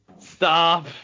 Stop